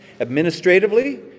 administratively